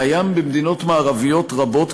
קיים במדינות מערביות רבות,